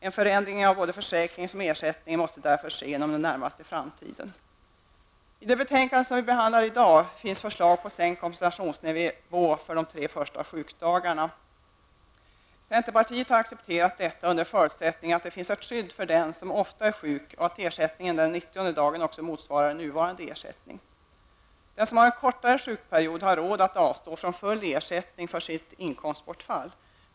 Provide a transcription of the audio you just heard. En förändring av såväl försäkringen som ersättningen måste därför ske inom den närmaste framtiden. I det betänkande som vi behandlar i dag finns förslag på sänkt kompensationsnivå för de tre första sjukdagarna. Centerpartiet har accepterat detta under förutsättning att det finns ett skydd för den som ofta är sjuk och att ersättningen den nittionde dagen också motsvarar nuvarande ersättning. Den som har en kortare sjukperiod har råd att avstå från full ersättning för sitt inkomstbortfall.